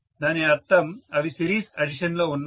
దాని అర్థం అవి సిరీస్ అడిషన్ లో ఉన్నాయి